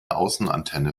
außenantenne